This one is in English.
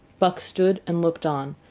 buck stood and looked on,